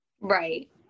Right